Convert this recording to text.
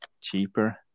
cheaper